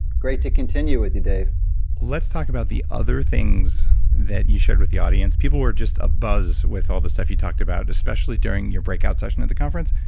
great to continue with you, dave let's talk about the other things that you shared with the audience. people were just abuzz with all the stuff you talked about, especially during your breakout session at the conference,